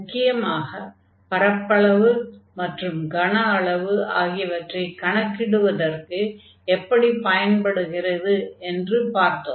முக்கியமாக பரப்பளவு மற்றும் கன அளவு ஆகியவற்றைக் கணக்கிடுவதற்கு எப்படி பயன்படுகிறது என்று பார்த்தோம்